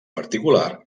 particular